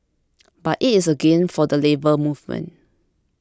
but it is a gain for the Labour Movement